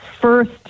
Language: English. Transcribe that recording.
first